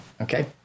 Okay